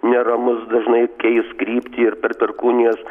neramus dažnai keis kryptį ir per perkūnijas